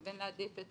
לבין להעדיף את